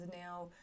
now